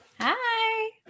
Hi